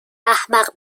احمق